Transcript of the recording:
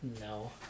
No